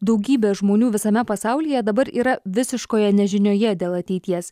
daugybė žmonių visame pasaulyje dabar yra visiškoje nežinioje dėl ateities